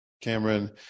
Cameron